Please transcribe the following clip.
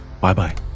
Bye-bye